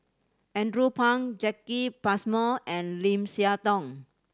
Andrew Phang Jacki Passmore and Lim Siah Tong